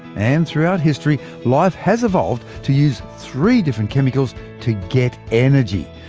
and throughout history, life has evolved to use three different chemicals to get energy.